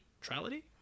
neutrality